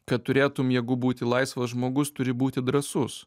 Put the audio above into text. kad turėtum jėgų būti laisvas žmogus turi būti drąsus